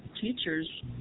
teachers